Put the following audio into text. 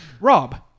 Rob